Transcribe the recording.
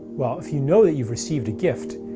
well, if you know that you've received a gift,